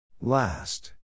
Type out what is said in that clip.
Last